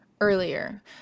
earlier